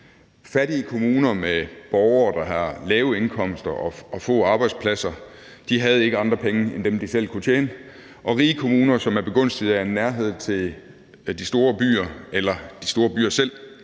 Fattige kommuner med borgere, der har lave indkomster og få arbejdspladser, havde ikke andre penge end dem, de selv kunne tjene, og rige kommuner, som er begunstiget af en nærhed til de store byer eller selv er de